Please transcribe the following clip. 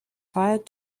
fired